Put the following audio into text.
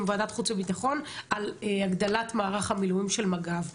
וועדת חוץ ובטחון על הגדלת מערך המילואים של מג"ב.